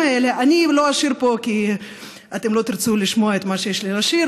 אני לא אשיר פה כי אתם לא תרצו לשמוע את מה שיש לי לשיר,